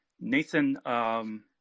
Nathan